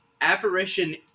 Apparition